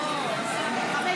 התשפ"ד 2024,